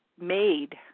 made